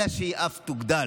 אלא שהיא אף תוגדל.